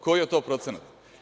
Koji je to procenat?